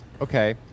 Okay